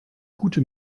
gute